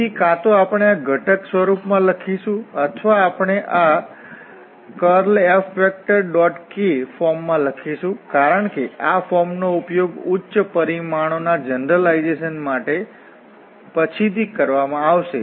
તેથી કાં તો આપણે આ ઘટક સ્વરૂપમાં લખીશું અથવા આપણે આ curlFk ફોર્મમાં લખીશું કારણ કે આ ફોર્મનો ઉપયોગ ઉચ્ચ પરિમાણો ના જનરલાઇજેશન માટે પછીથી કરવામાં આવશે